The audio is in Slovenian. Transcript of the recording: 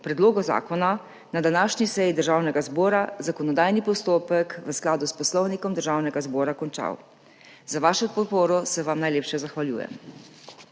predlogu zakona na današnji seji Državnega zbora zakonodajni postopek v skladu s Poslovnikom Državnega zbora končal. Za vašo podporo se vam najlepše zahvaljujem.